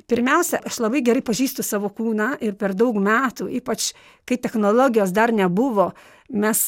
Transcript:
pirmiausia aš labai gerai pažįstu savo kūną ir per daug metų ypač kai technologijos dar nebuvo mes